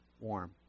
warm